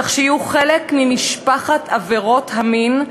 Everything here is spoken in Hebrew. כך שיהיו חלק ממשפחת עבירות המין,